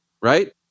Right